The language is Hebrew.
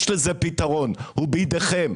יש לזה פתרון, הוא בידיכם.